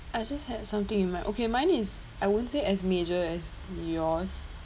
I just had something in mind okay mine is I won't say as major as yours